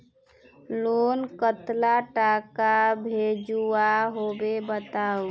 Loan कतला टाका भेजुआ होबे बताउ?